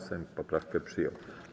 Sejm poprawkę przyjął.